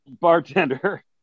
bartender